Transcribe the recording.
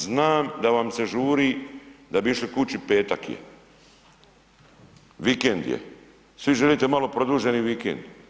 Znam da vam se žuri, da bi išli kući petak je, vikend je, svi želite malo produženi vikend.